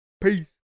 Peace